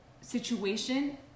situation